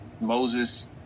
Moses